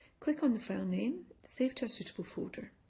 click on the file name, save to a suitable folder.